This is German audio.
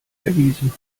erwiesen